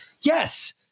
yes